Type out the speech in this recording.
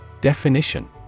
Definition